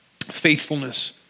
faithfulness